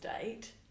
date